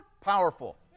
powerful